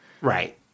Right